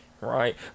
Right